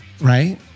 right